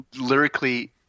lyrically